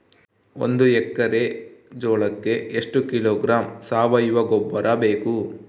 ಒಂದು ಎಕ್ಕರೆ ಜೋಳಕ್ಕೆ ಎಷ್ಟು ಕಿಲೋಗ್ರಾಂ ಸಾವಯುವ ಗೊಬ್ಬರ ಬೇಕು?